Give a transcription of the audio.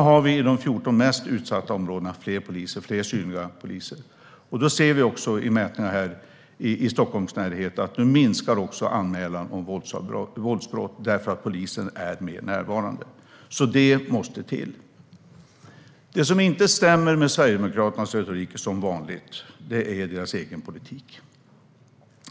Vi har nu i de 14 mest utsatta områdena fler poliser och fler synliga poliser. Vi ser också i mätningar i Stockholms närhet att anmälningar om våldsbrott nu minskar därför att polisen är mer närvarande. Det måste till. Det som inte stämmer med Sverigedemokraternas retorik är som vanligt deras egen politik.